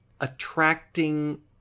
attracting